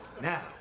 Now